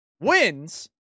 wins